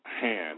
hand